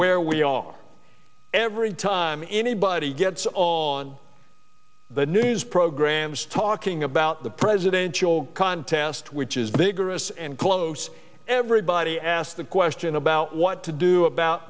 where we are every time anybody gets all on the news programs talking about the presidential contest which is vigorous and close everybody asked the question about what to do about